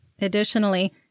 Additionally